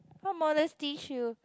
what modesty shoe